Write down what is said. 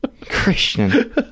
Christian